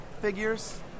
figures